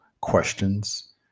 questions